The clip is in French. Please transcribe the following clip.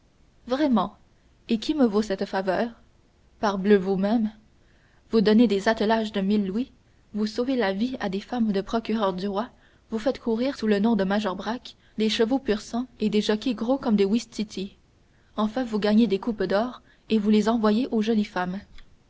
vraiment et qui me vaut cette faveur parbleu vous-même vous donnez des attelages de mille louis vous sauvez la vie à des femmes de procureur du roi vous faites courir sous le nom de major brack des chevaux pur sang et des jockeys gros comme des ouistitis enfin vous gagnez des coupes d'or et vous les envoyez aux jolies femmes